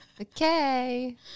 okay